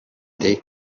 дээ